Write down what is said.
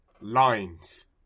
Lines